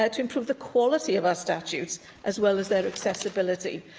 ah to improve the quality of our statutes as well as their accessibility.